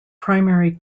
primary